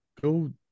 Go